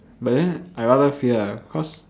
but then I rather fear ah cause